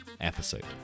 episode